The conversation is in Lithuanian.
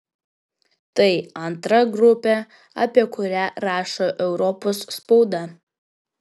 tai antra grupė apie kurią rašo europos spauda